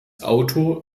autor